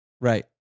Right